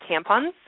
tampons